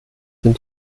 sind